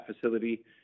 facility